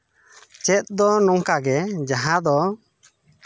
ᱪᱮᱫ ᱫᱚ ᱱᱚᱝᱠᱟ ᱜᱮ ᱡᱟᱦᱟᱸ ᱫᱚ